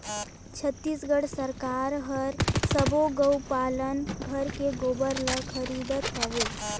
छत्तीसगढ़ सरकार हर सबो गउ पालन घर के गोबर ल खरीदत हवे